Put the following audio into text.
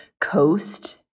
coast